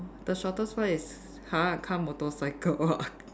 the shortest one is !huh! car motorcycle ah